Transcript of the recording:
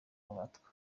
abatwa